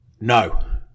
No